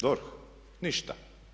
DORH, ništa.